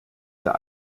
der